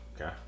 okay